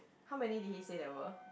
how many did he say there were